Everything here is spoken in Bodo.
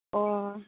अ